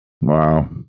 Wow